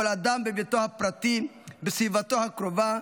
כל אדם בביתו הפרטי, בסביבתו הקרובה,